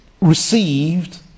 received